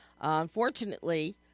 Unfortunately